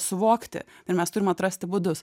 suvokti ir mes turim atrasti būdus